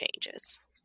changes